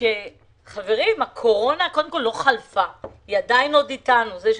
הקורונה עדין אתנו,